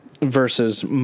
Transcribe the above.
versus